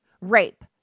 rape